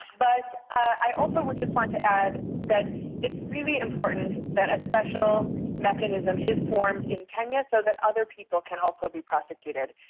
but i also would just want to add that it's really important that a special mechanism is formed in kenya so that other people can also be prosecuted.